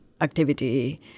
activity